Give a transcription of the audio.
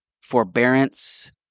forbearance